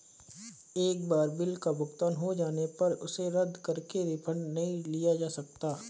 एक बार बिल का भुगतान हो जाने पर उसे रद्द करके रिफंड नहीं लिया जा सकता